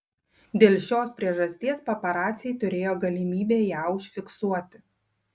dėl šios priežasties paparaciai turėjo galimybę ją užfiksuoti